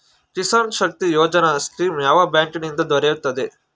Kisan Shakti Yojana scheme ಯಾವ bank ನಿಂದ ದೊರೆಯುತ್ತದೆ?